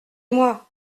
moi